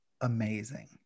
amazing